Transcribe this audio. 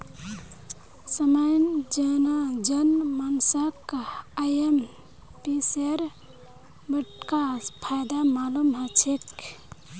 सामान्य जन मानसक आईएमपीएसेर बडका फायदा मालूम ह छेक